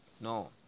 No